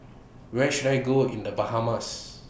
Where should I Go in The Bahamas